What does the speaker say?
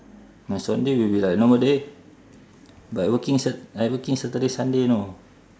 my sunday will be like normal day but I working sat~ I working saturday sunday you know